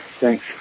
thanks